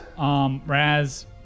Raz